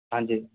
हाँ जी